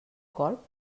colp